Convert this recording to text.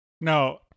Now